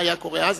מה היה קורה אז?